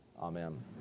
amen